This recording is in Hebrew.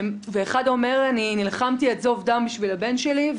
ואחד אומר: אני נלחמתי עד זוב דם בשביל הבן שלי,